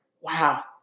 wow